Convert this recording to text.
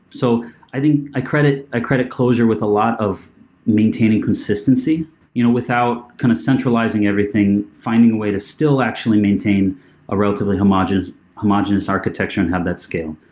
so i think i credit i credit clojure with a lot of maintaining consistency you know without kind of centralizing everything, finding a way to still actually maintain a relatively homogenous homogenous architecture and have that scale.